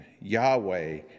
Yahweh